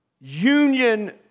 union